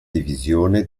divisione